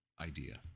idea